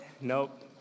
Nope